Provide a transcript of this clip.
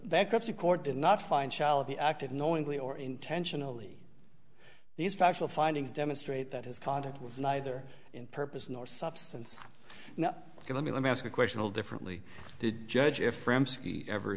bankruptcy court did not find shall be acted knowingly or intentionally these factual findings demonstrate that his conduct was neither in purpose nor substance now let me let me ask a question will differently the judge